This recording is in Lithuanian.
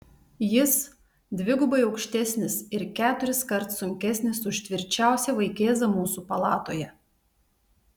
jis dvigubai aukštesnis ir keturiskart sunkesnis už tvirčiausią vaikėzą mūsų palatoje